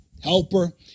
helper